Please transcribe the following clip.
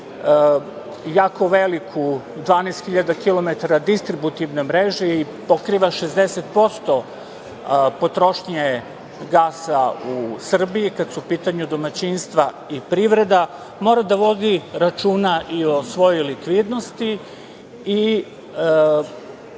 jako veliku 12.000 kilometara distributivne mreže i pokriva 60% potrošnje gasa u Srbiji, kada su u pitanju domaćinstva i privreda, mora da vodi računa i o svojoj likvidnosti. Skrenuo